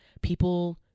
People